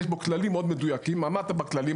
יש בו כללים מאוד מדויקים עמדת בכללים,